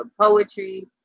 poetry